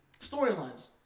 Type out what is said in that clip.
storylines